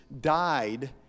died